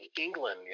England